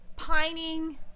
Pining